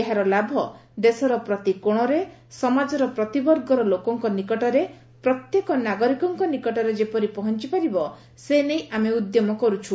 ଏହାର ଲାଭ ଦେଶର ପ୍ରତି କୋଣରେ ସମାଜର ପ୍ରତି ବର୍ଗର ଲୋକଙ୍କ ନିକଟରେ ପ୍ରତ୍ୟେକ ନାଗରିକଙ୍କ ନିକଟରେ ଯେପରି ପହଞ୍ଚ ପାରିବ ସେ ନେଇ ଆମେ ଉଦ୍ୟମ କରୁଛୁ